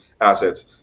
assets